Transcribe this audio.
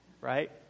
right